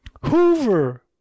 Hoover